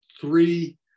three